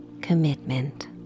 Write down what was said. commitment